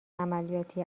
عملیاتی